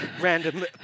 random